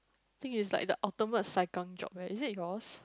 think it's the ultimate saikang job eh is it yours